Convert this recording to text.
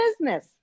business